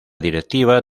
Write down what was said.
directiva